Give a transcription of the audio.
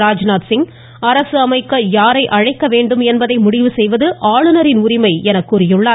ராஜ்நாத்சிங் அரசு அமைக்க யாரை அழைக்க வேண்டும் என்பதை முடிவு செய்வது ஆளுநரின் உரிமை என கூறியுள்ளார்